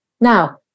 Now